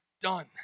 done